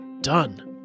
done